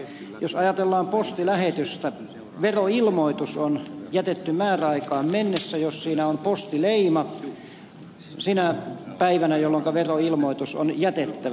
jos ajatellaan postilähetystä niin veroilmoitus katsotaan jätetyksi määräaikaan mennessä jos siinä on sen päivän postileima jolloinka veroilmoitus on jätettävä